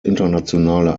internationale